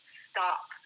stop